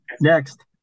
Next